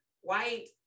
white